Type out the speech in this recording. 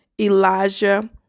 Elijah